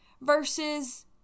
versus